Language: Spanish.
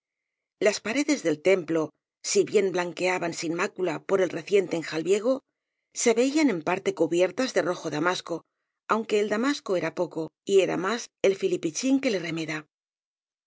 las paredes del templo si bien blanqueaban sin mácula por el reciente enjalbiego se veían en parte cubiertas de rojo damasco aunque el damasco era poco y era más el filipichín que le remeda